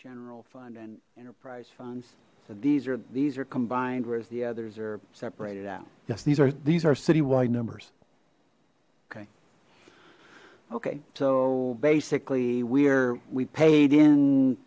general fund and enterprise funds so these are these are combined whereas the others are separated out yes these are these are citywide numbers okay okay so basically we're we paid in